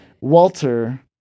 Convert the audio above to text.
Walter